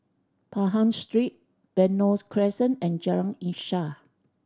Pahang Street Benoi Crescent and Jalan Insaf